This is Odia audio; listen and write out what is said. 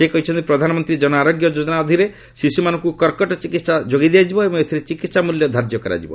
ସେ କହିଛନ୍ତି ପ୍ରଧାନମନ୍ତ୍ରୀ ଜନ ଆରୋଗ୍ୟ ଯୋଜନା ଅଧୀନରେ ଶିଶୁମାନଙ୍କୁ କର୍କଟ ଚିକିତ୍ସା ଯୋଗାଇ ଦିଆଯିବ ଏବଂ ଏଥିରେ ଚିକିତ୍ସା ମୂଲ୍ୟ ଧାର୍ଯ୍ୟ କରାଯିବ